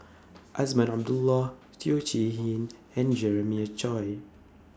Azman Abdullah Teo Chee Hean and Jeremiah Choy